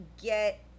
get